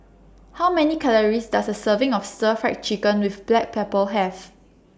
How Many Calories Does A Serving of Stir Fried Chicken with Black Pepper Have